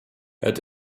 het